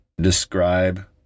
describe